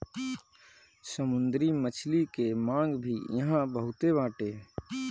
समुंदरी मछली के मांग भी इहां बहुते बाटे